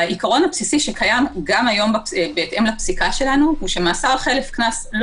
העיקרון הבסיסי שקיים הוא גם היום בהתאם לפסיקה שלנו שמאסר חלף קנס לא